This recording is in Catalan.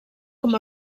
com